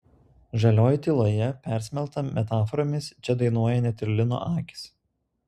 žalioj tyloje persmelkta metaforomis čia dainuoja net ir lino akys